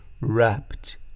wrapped